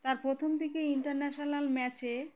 তার প্রথম দিকে ইন্টারন্যাশনাল ম্যাচে